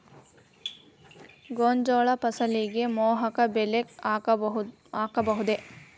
ಗೋಂಜಾಳ ಫಸಲಿಗೆ ಮೋಹಕ ಬಲೆ ಹಾಕಬಹುದೇ?